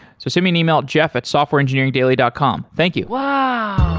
so send me an email at jeff at softwarengineeringdaily dot com. thank you ah